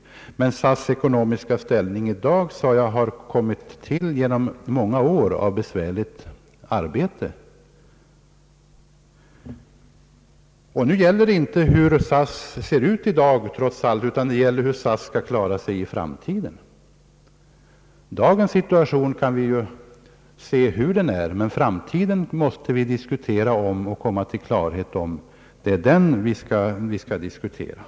Däremot sade jag att SAS:s ekonomiska ställning i dag har kommit till under många år av besvärligt arbete. Nu gäller det trots allt inte hur SAS ser ut i dag, utan hur SAS skall klara sig i framtiden. Vi kan se hur dagens situation är, men framtiden måste vi komma till klarhet om — det är den vi skall diskutera.